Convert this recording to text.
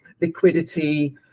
liquidity